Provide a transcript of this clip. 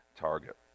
target